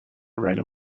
rhino